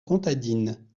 comtadine